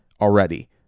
already